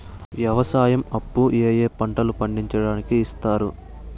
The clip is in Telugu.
వ్యవసాయం అప్పు ఏ ఏ పంటలు పండించడానికి ఇస్తారు?